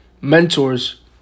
mentors